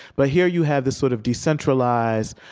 but here you have this sort of decentralized,